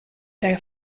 der